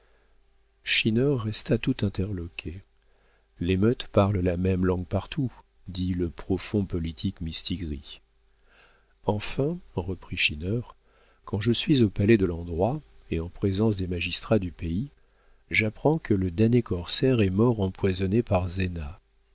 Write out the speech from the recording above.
schinner resta tout interloqué l'émeute parle la même langue partout dit le profond politique mistigris enfin reprit schinner quand je suis au palais de l'endroit et en présence des magistrats du pays j'apprends que le damné corsaire est mort empoisonné par